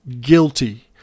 guilty